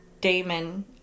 Damon